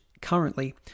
currently